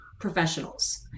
professionals